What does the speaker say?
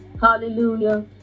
hallelujah